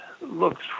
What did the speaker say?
looks